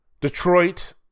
Detroit